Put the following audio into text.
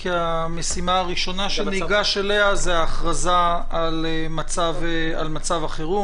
כי המשימה הראשונה שניגש אליה זה ההכרזה על מצב החירום.